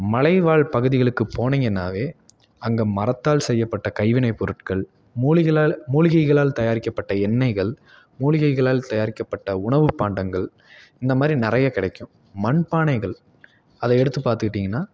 மலை வாழ் பகுதிகளுக்கு போனிங்கன்னாவே அங்கே மரத்தால் செய்யப்பட்ட கைவினை பொருட்கள் மூலிகளால் மூலிகைகளால் தயாரிக்கப்பட்ட எண்ணெய்கள் மூலிகைகளால் தயாரிக்கப்பட்ட உணவுப் பாண்டங்கள் இந்த மாதிரி நிறைய கிடைக்கும் மண் பானைகள் அதை எடுத்து பார்த்துக்கிட்டிங்கன்னா